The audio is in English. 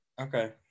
Okay